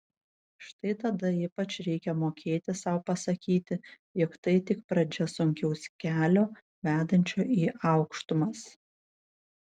štai tada ypač reikia mokėti sau pasakyti jog tai tik pradžia sunkaus kelio vedančio į aukštumas